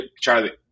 Charlie